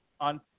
on